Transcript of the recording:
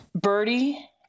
Birdie